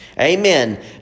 Amen